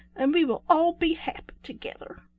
and we will all be happy together.